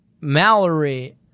Mallory